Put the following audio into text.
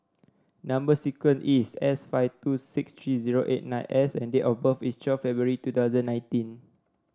number sequence is S five two six three zero eight nine S and date of birth is twelve February two thousand nineteen